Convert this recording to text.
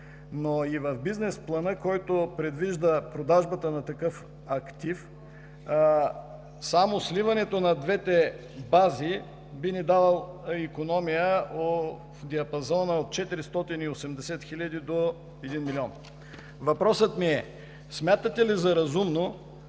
но и в бизнес плана, който предвижда продажбата на такъв актив, само сливането на двете бази би ни дало икономия в диапазона от 480 хиляди до 1 милион? Въпросът ми е: смятате ли за разумно